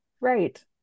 right